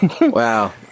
Wow